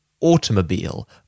automobile